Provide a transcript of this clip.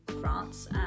France